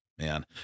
man